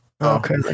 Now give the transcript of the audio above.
Okay